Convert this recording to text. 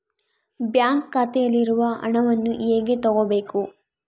Bank ಖಾತೆಯಲ್ಲಿರುವ ಹಣವನ್ನು ಹೇಗೆ ತಗೋಬೇಕು?